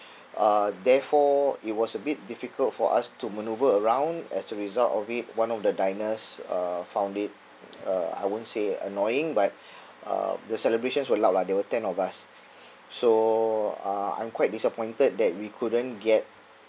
uh therefore it was a bit difficult for us to manoeuvre around as a result of it one of the diners uh found it uh I won't say annoying but uh the celebrations were loud lah there were ten of us so uh I'm quite disappointed that we couldn't get